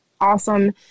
awesome